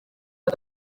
saa